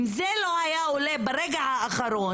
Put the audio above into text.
אם זה לא היה עולה ברגע האחרון,